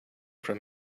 from